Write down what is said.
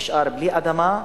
נשאר בלי אדמה,